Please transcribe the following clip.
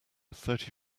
thirty